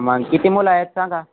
मग किती मुलं आहेत सांगा